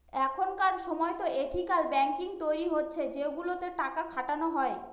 এখনকার সময়তো ethical banking তৈরী হচ্ছে সেগুলোতে টাকা খাটানো হয়